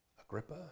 Agrippa